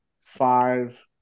five –